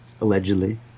allegedly